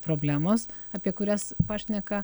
problemos apie kurias pašneka